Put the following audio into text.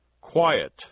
quiet